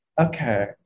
okay